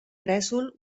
gresol